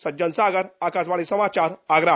सज्जन सागर आकाशवाणी समाचार आगरा